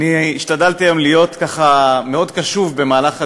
השתדלתי היום להיות מאוד קשוב במהלך הדיונים,